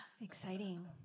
Exciting